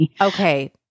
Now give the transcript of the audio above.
Okay